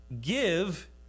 give